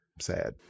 Sad